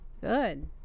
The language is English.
Good